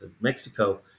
Mexico